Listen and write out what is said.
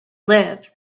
live